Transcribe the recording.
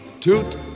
toot